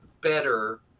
better